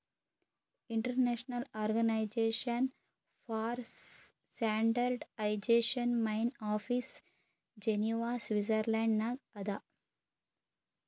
international organization for standardization main office Geneva Switzerland ನಾಗ್ ಅದಾ